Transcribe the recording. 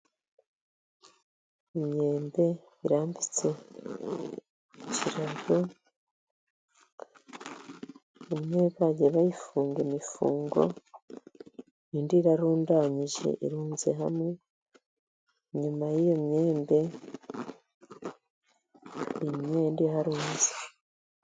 Imyembe irambitse ku kirago imwe bagiye bayifunga imifungo, indi irarundanyije irunze hamwe, inyuma y'iyo myembe hari imyenda iharunze.